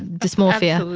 dysmorphia